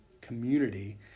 community